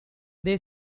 they